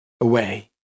away